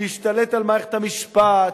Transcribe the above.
להשתלט על מערכת המשפט,